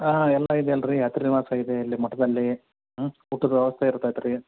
ಹಾಂ ಎಲ್ಲ ಇದೆ ಅಲ್ಲರಿ ಯಾತ್ರಿ ನಿವಾಸ ಇದೆ ಇಲ್ಲಿ ಮಠದಲ್ಲಿ ಹ್ಞೂ ಊಟದ ವ್ಯವಸ್ಥೆ ಇರ್ತೈತೆ ರೀ